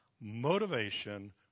motivation